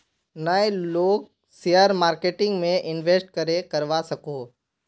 नय लोग share marketing में इंवेस्ट करे करवा सकोहो?